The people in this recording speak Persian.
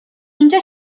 اینجا